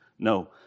No